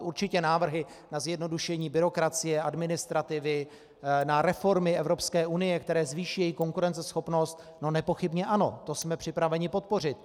Určitě návrhy na zjednodušení byrokracie, administrativy, na reformy Evropské unie, které zvýší její konkurenceschopnost, no nepochybně ano, to jsme připraveni podpořit.